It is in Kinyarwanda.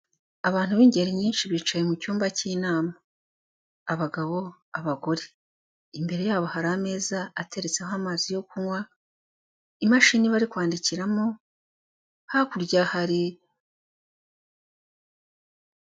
Abantu b'ingeri nyinshi bicaye mu cyumba cy'inama abagabo, abagore, imbere yabo hari ameza ateretseho amazi yo kunywa imashini bari kwandikiramo, hakurya hari...